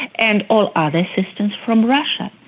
and all other assistance from russia.